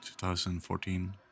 2014